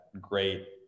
great